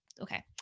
okay